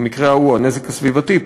במקרה ההוא הנזק הסביבתי,